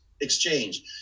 exchange